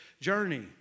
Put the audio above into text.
journey